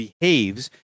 behaves